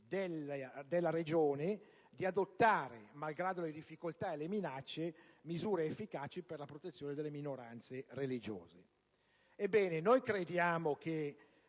della regione di adottare, malgrado le difficoltà e le minacce, misure efficaci per la protezione delle minoranze religiose». Ebbene, noi crediamo che